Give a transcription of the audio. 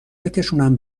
بکشونم